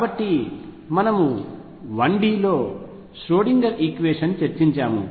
కాబట్టి మనము 1D లో ఒక ష్రోడింగర్ ఈక్వేషన్ చర్చించాము